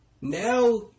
now